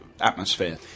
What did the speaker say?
Atmosphere